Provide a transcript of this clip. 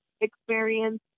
experience